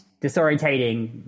disorientating